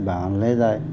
যায়